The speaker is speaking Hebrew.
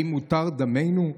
האם מותר דמנו?